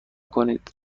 کنید